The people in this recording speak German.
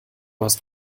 hast